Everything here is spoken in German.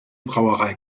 brauerei